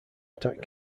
attack